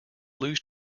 lose